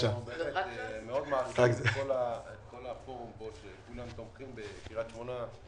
מאוד מעריכים את הפורום ואת זה שכולם תומכים בקריית שמונה.